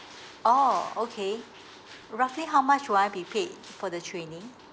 oh okay roughly how much will I be paid for the training